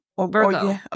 Virgo